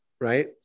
right